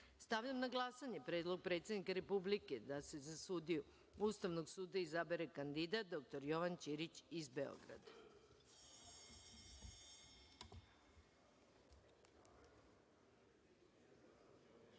suda. Stavljam na glasanje Predlog predsednika Republike da se za sudiju Ustavnog suda izabere kandidat dr Jovan Ćirić iz